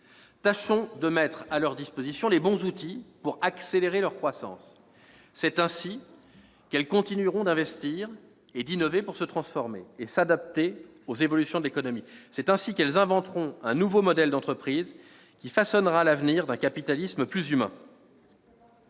Tâchons de mettre à leur disposition les bons outils pour accélérer leur croissance. C'est ainsi qu'elles continueront d'investir et d'innover pour se transformer et s'adapter aux évolutions de l'économie, c'est ainsi qu'elles inventeront un nouveau modèle d'entreprise qui façonnera l'avenir d'un capitalisme plus humain.